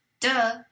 Duh